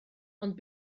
ond